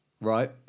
Right